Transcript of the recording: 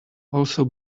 also